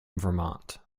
vermont